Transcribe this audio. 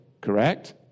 Correct